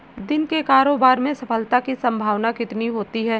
दिन के कारोबार में सफलता की संभावना कितनी होती है?